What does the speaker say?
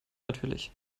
natürlich